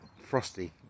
frosty